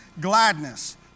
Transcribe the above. gladness